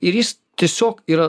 ir jis tiesiog yra